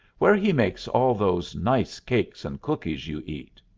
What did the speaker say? where he makes all those nice cakes and cookies you eat.